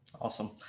Awesome